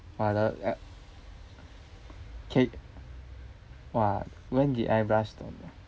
father yup ca~ !wah! when did I blush the most